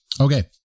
Okay